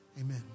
amen